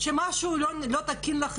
כשמשהו לא תקין,